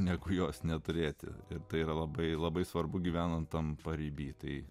negu jos neturėti ir tai yra labai labai svarbu gyvenant tam pariby tai